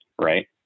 Right